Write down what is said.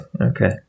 Okay